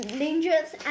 dangerous